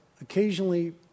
occasionally